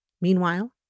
Meanwhile